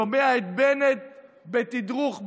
שומע את בנט בתדרוך מדבר.